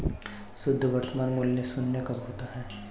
शुद्ध वर्तमान मूल्य शून्य कब होता है?